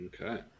Okay